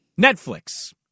Netflix